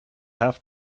have